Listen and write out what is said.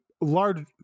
large